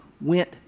went